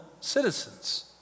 citizens